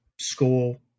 school